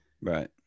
Right